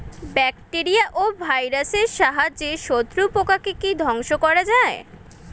Bacteria ও ভাইরাসের সাহায্যে শত্রু পোকাকে কি ধ্বংস করা যায়?